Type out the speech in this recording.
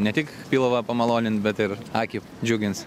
ne tik pilvą pamaloninti bet ir akį džiugins